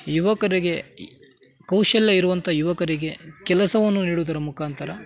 ಯುವಕರಿಗೆ ಕೌಶಲ್ಯ ಇರುವಂಥ ಯುವಕರಿಗೆ ಕೆಲಸವನ್ನು ನೀಡುವುದರ ಮುಖಾಂತರ